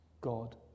God